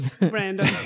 Random